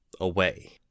away